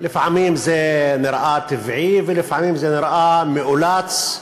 לפעמים זה נראה טבעי, ולפעמים זה נראה מאולץ,